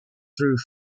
through